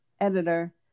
editor